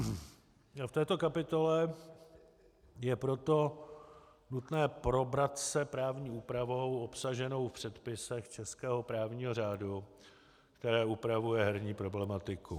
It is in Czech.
V této kapitole je proto nutné probrat se právní úpravou obsaženou v předpisech českého právního řádu, která upravuje herní problematiku...